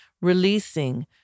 releasing